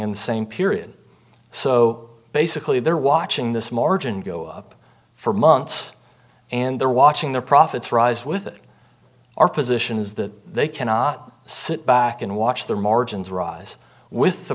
the same period so basically they're watching this margin go up for months and they're watching their profits rise with it our position is that they cannot sit back and watch their margins rise with the